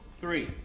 three